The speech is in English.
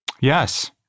Yes